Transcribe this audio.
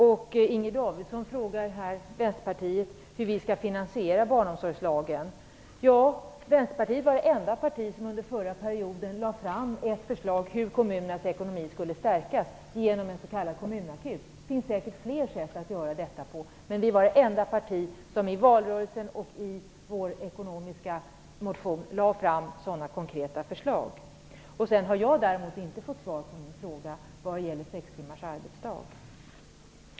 Inger Davidson frågar hur vi i Vänsterpartiet skall finansiera barnomsorgslagen. Vänsterpartiet var det enda parti som under förra mandatperioden lade fram ett förslag om hur kommunernas ekonomi skulle stärkas genom en s.k. kommunakut. Det finns säkert fler sätt att göra detta på. Men vi var det enda parti som i valrörelsen och i vår ekonomiska motion lade fram sådana konkreta förslag. Jag har däremot inte fått svar på min fråga om sextimmars arbetsdag.